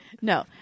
No